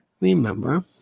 remember